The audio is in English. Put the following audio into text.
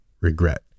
regret